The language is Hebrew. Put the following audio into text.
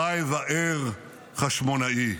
/ חי וער חשמונאי".